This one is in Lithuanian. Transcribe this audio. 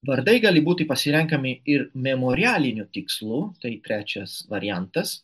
vardai gali būti pasirenkami ir memorialiniu tikslu tai trečias variantas